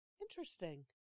Interesting